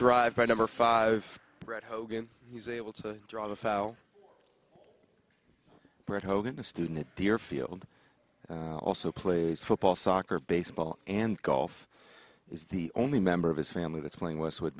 drive by number five right hogan he's able to drop a foul brett hogan a student at deerfield also plays football soccer baseball and golf is the only member of his family that's playing whist with